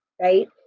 right